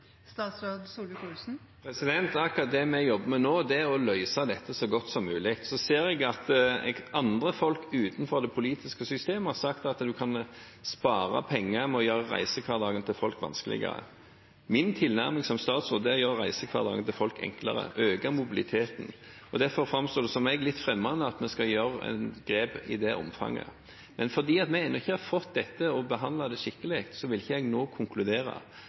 Det vi jobber med akkurat nå, er å løse dette så godt som mulig. Jeg ser at andre folk, utenfor det politiske system, har sagt at en kan spare penger ved å gjøre folks reisehverdag vanskeligere. Min tilnærming som statsråd er å gjøre folks reisehverdag enklere og øke mobiliteten. Derfor framstår det litt fremmed for meg å skulle gjøre grep i det omfanget. Men fordi vi ennå ikke har fått behandlet dette skikkelig, vil jeg ikke konkludere nå, for jeg